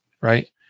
right